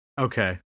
Okay